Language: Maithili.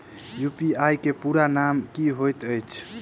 यु.पी.आई केँ पूरा नाम की होइत अछि?